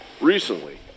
Recently